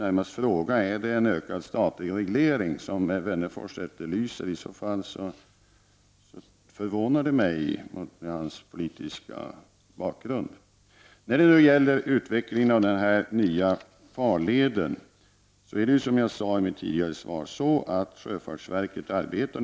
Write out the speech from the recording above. Är det en ökad statlig reglering som Alf Wennerfors efterlyser? I så fall förvånar det mig, inte minst med tanke på hans politiska bakgrund. När det gäller frågan om en ny farled arbetar sjöfartsverket, som jag tidigare sade i mitt svar, med denna fråga.